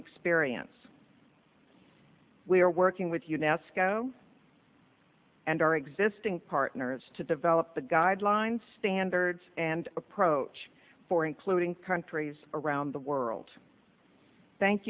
experience we are working with unesco and our existing partners to develop the guideline standards and approach for including countries around the world thank